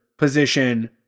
Position